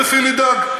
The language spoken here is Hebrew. יוניפי"ל ידאג?